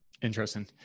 Interesting